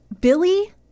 Billy